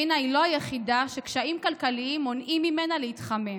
רינה היא לא היחידה שקשיים כלכליים מונעים ממנה להתחמם.